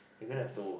you gonna have to